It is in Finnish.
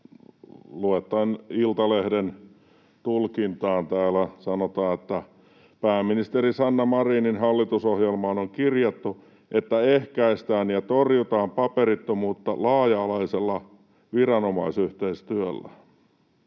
tätä Iltalehden tulkintaa, jossa sanotaan: ”Pääministeri Sanna Marinin hallitusohjelmaan on kirjattu, että ’ehkäistään ja torjutaan paperittomuutta laaja-alaisella viranomaisyhteistyöllä’.